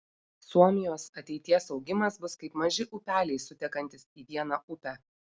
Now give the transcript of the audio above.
suomijos ateities augimas bus kaip maži upeliai sutekantys į vieną upę